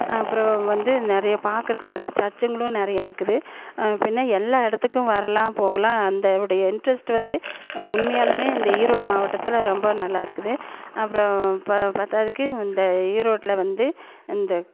அப்புறம் வந்து நிறைய பார்க்கறக்கு நிறைய சர்ச்சுகளும் நிறைய இருக்குது பின்னே எல்லா இடத்துக்கும் வரலாம் போகலாம் அந்தவுடைய இன்ட்ரெஸ்ட் வந்து உண்மையாலுமே இந்த ஈரோடு மாவட்டத்தில் ரொம்ப நல்லா இருக்குது அப்புறம் ப பற்றாதுக்கு இந்த ஈரோட்டில் வந்து இந்த